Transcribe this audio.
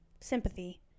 sympathy